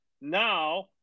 now